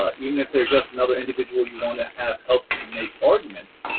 ah even if they're just another individual you want to have help make argument,